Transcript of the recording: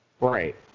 right